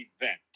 event